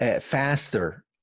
faster